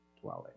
dwelling